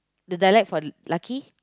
the dialect for lucky